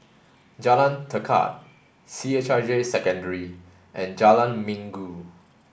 Jalan Tekad C H I J Secondary and Jalan Minggu